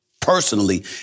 personally